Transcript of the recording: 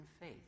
faith